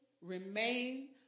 remain